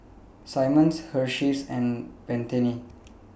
Simmons Hersheys and Pantene